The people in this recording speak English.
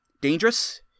dangerous